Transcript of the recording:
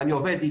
היא עובדת